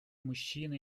мужчины